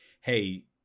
hey